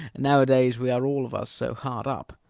nowadays we are all of us so hard up,